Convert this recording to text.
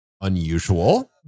unusual